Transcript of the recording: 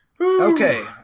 Okay